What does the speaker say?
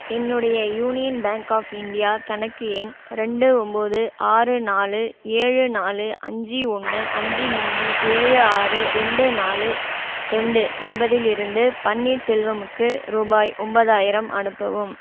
என்னுடைய Union Bank of India கணக்கு எண் ரெண்டு ஒம்பது ஆறு நாலு ஏழு நாலு அஞ்சு ஒன்று அஞ்சு மூணு ஏழு ஆறு ரெண்டு நாலு ரெண்டு என்பதிலிருந்து பன்னீர்செல்வமுக்கு ரூபாய் ஒன்பதாயிரம் அனுப்பவும்